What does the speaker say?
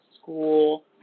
school